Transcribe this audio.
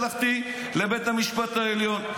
הלכתי לבית המשפט העליון.